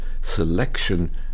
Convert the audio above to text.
selection